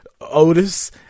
Otis